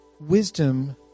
wisdom